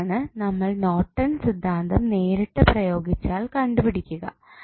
ഇതാണ് നമ്മൾ നോർട്ടൺ സിദ്ധാന്തം നേരിട്ട് പ്രയോഗിച്ചാൽ കണ്ടുപിടിക്കുക